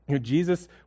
Jesus